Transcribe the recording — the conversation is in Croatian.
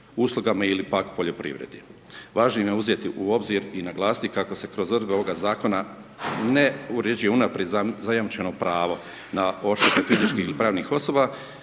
uslugama ili pak poljoprivredi. Važnim je uzeti u obzir i naglasiti kako se kroz odredbe ovoga zakona ne uređuje unaprijed zajamčeno pravo na odštetu fizičkih ili pravnih osoba